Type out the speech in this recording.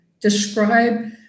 Describe